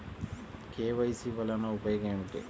KYC వలన ఉపయోగం ఏమిటీ?